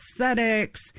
aesthetics